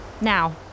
Now